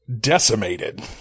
decimated